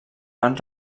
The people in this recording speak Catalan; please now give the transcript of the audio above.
van